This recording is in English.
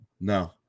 No